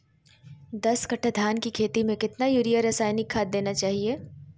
दस कट्टा धान की खेती में कितना यूरिया रासायनिक खाद देना चाहिए?